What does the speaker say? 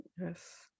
Yes